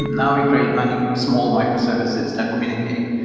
now we create many small micro-services that communicate.